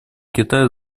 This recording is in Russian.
китая